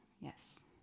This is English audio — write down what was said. yes